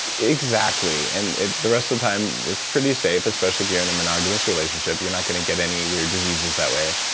exactly. and the rest of the time, it's pretty safe, especially if you're in a monogamous relationship. you're not gonna get any weird diseases that way.